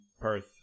Perth